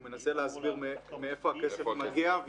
הוא מנסה להסביר מאיפה הכסף מגיע,